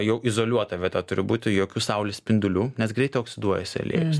jau izoliuota vieta turi būti jokių saulės spindulių nes greitai oksiduojasi aliejus